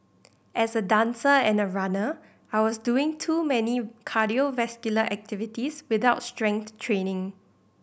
as a dancer and a runner I was doing too many cardiovascular activities without strength training